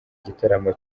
igitaramo